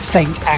Saint